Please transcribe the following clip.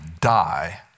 die